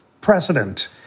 precedent